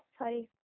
sorry